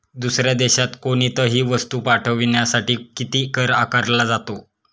दुसऱ्या देशात कोणीतही वस्तू पाठविण्यासाठी किती कर आकारला जातो?